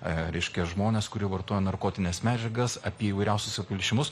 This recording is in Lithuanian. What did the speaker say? reiškia žmonės kurie vartoja narkotines medžiagas apie įvairiausius apiplėšimus